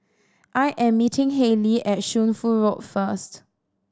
I am meeting Hailee at Shunfu Road first